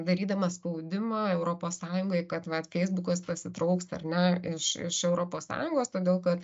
darydamas spaudimą europos sąjungai kad vat feisbukas pasitrauks ar ne iš iš europos sąjungos todėl kad